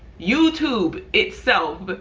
youtube itself but